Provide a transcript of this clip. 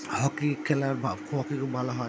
hockey খেলার hockey খুব ভালো হয়